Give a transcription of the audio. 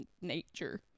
nature